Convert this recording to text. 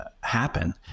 happen